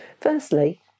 Firstly